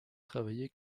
travaillé